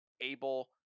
able